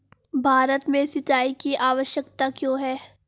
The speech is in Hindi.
भारत में सिंचाई की आवश्यकता क्यों है?